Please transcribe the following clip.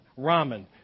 ramen